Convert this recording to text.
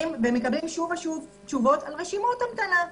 --- והם מקבלים שוב ושוב תשובות על רשימות המתנה.